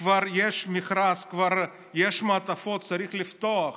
כבר יש מכרז, כבר יש מעטפות, צריך לפתוח,